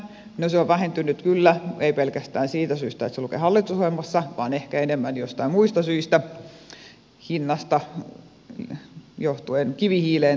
no se on vähentynyt kyllä ei pelkästään siitä syystä että se lukee hallitusohjelmassa vaan ehkä enemmän joistain muista syistä hinnasta johtuen korvautunut kivihiilellä tai jotain muuta